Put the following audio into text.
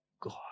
God